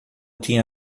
tinha